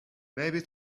maybe